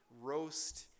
roast